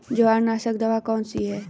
जवारनाशक दवा कौन सी है?